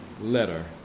letter